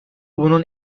bunun